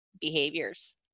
behaviors